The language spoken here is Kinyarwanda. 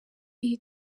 iri